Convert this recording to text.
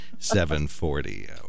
7.40